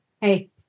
Hey